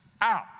out